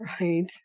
Right